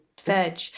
veg